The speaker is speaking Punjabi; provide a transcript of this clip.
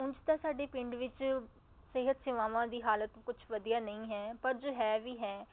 ਉਂਝ ਤਾਂ ਸਾਡੇ ਪਿੰਡ ਵਿੱਚ ਸਿਹਤ ਸੇਵਾਵਾਂ ਦੀ ਹਾਲਤ ਕੁਛ ਵਧੀਆ ਨਹੀਂ ਹੈ ਪਰ ਜੋ ਹੈ ਵੀ ਹੈ